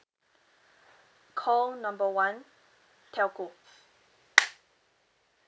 call number one telco